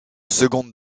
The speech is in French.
secondes